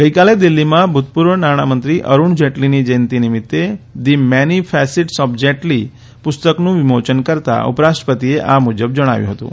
ગઇકાલે દિલ્ફીમાં ભૂતપૂર્વ નાણામંત્રી અરુણ જેટલીની જયંતી નિમિત્ત the many facets of Jaitley પુસ્તકનું વિમોચન કરતા ઉપરાષ્ટ્રપતિએ આ મુજબ જણાવ્યું હતું